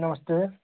नमस्ते